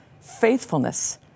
faithfulness